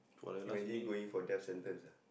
imagine going for death sentence ah